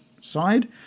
side